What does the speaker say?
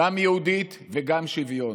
גם יהודית וגם שוויון,